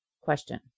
Question